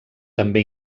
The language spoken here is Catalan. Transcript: també